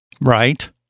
Right